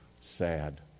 Sad